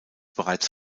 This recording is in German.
bereits